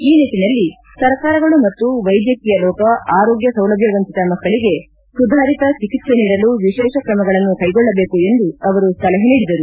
ಈ ನಿಟ್ಟನಲ್ಲಿ ಸರ್ಕಾರಗಳು ಮತ್ತು ವೈದ್ಯಕೀಯ ಲೋಕ ಆರೋಗ್ಯ ಸೌಲಭ್ಣ ವಂಚತ ಮಕ್ಕಳಿಗೆ ಸುಧಾರಿತ ಚಿಕಿತ್ಸೆ ನೀಡಲು ವಿಶೇಷ ಕ್ರಮಗಳನ್ನು ಕೈಗೊಳ್ಳಬೇಕು ಎಂದು ಸಲಹೆ ನೀಡಿದರು